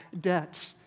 debt